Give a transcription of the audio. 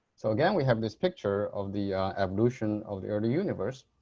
so again we have this picture of the evolution of the early universe.